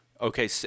okay